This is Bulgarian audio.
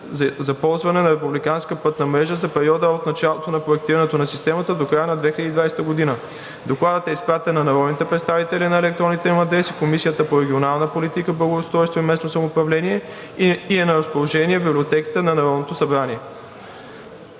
пътна мрежа за периода от началото на проектирането на системата до края на 2020 г. Докладът е изпратен на народните представители на електронните им адреси, на Комисията по регионална политика, благоустройство и местно самоуправление и е на разположение в Библиотеката на Народното събрание.